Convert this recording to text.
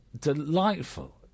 Delightful